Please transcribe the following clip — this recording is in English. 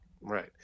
Right